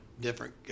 different